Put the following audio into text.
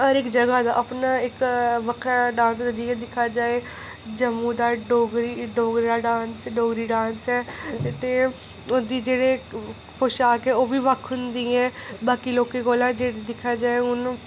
हर इक्क जगह दा अपना इक्क बक्खरा डांस होंदा जि'यां दिक्खा जाए जम्मू दा डोगरी डोगरें दा डांस डोगरी डांस ऐ ते ओह्दी जेह्ड़े पोषाक ऐ ओह् बी बक्ख होंदी ऐ बाकी लोकें कोला जेह्ड़े दिक्खा जाए हुन